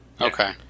Okay